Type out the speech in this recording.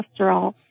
cholesterol